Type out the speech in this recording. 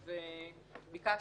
ביקשנו,